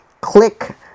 click